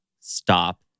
stop